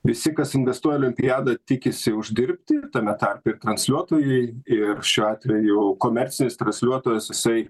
visi kas investuoja į olimpiadą tikisi uždirbti tame tarpe ir transliuotojai ir šiuo atveju komercinis transliuotojas jisai